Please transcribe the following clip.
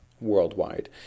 worldwide